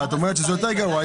ואת אומרת שזה יותר גרוע.